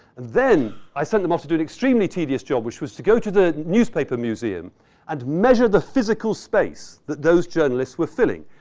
then, i sent them off to do an extremely tedious job, which was to go to the newspaper museum and measure the physical space that those journalists were filling.